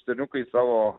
stirniukai savo